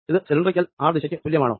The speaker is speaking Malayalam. ഇത് സിലിണ്ടറിക്കൽ r ദിശക്ക് തുല്യമാണോ